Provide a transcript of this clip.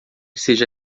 seja